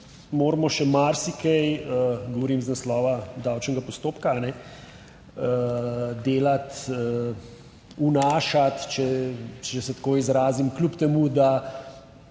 moramo še marsikaj, govorim iz naslova davčnega postopka, delati, vnašati, če se tako izrazim, kljub temu, da